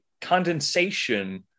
condensation